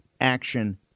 action